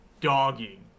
dogging